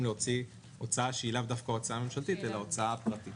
להוציא הוצאה שהיא לאו דווקא הוצאה ממשלתית אלא הוצאה פרטית.